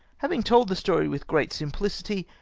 having told the story with great simphcity,